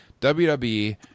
WWE